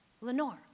Lenore